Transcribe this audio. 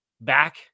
back